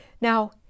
Now